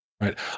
Right